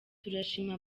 turashimira